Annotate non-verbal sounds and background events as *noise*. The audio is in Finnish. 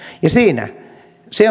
ja se *unintelligible*